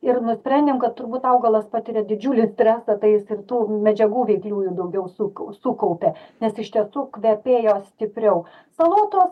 ir nusprendėm kad turbūt augalas patiria didžiulį stresą tai jis ir tų medžiagų veikliųjų daugiau sukau sukaupė nes iš tiesų kvepėjo stipriau salotos